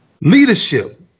leadership